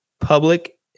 public